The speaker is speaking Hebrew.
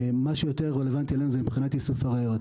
מה שיותר רלוונטי לנו זה מבחינת איסוף הראיות.